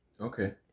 Okay